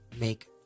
make